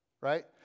Right